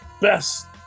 best